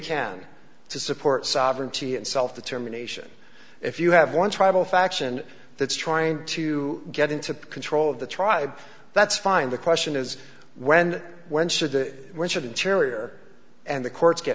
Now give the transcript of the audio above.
can to support sovereignty and self determination if you have one tribal faction that's trying to get into control of the tribe that's fine the question is when when should it when should interior and the courts get